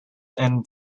and